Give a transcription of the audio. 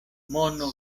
mono